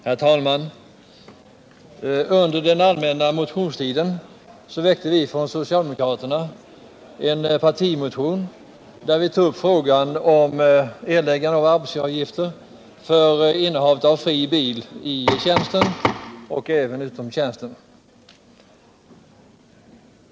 Herr talman! Under den allmänna motionstiden väckte socialdemokraterna en partimotion, där vi tog upp frågan om erläggande av arbetsgivaravgifter för innehavet av fri bil i tjänsten och även utom tjänsten.